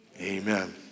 amen